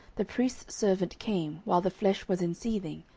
the priest's servant came, while the flesh was in seething,